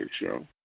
show